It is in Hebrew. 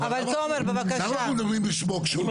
אבל למה אנחנו מדברים בשמו כשהוא כאן?